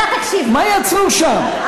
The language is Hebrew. מה יצרו שם?